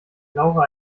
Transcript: laura